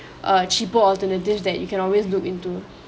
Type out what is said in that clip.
a cheaper alternatives that you can always look into